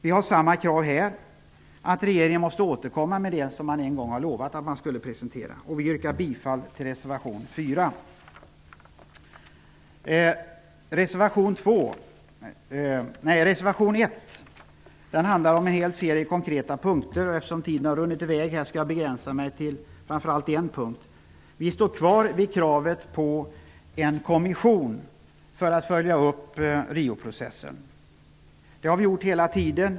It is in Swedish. Vi har samma krav i det här fallet. Regeringen måste återkomma med det som man en gång har lovat att man skulle presentera. Jag yrkar bifall till reservation nr 4. Reservation nr 1 rör en mängd konkreta punkter. Eftersom tiden har runnit i väg skall jag begränsa mig till framför allt en punkt. Vi står fast vid kravet på en kommission som skall följa upp Rioprocessen. Det har vi gjort hela tiden.